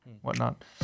whatnot